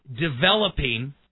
developing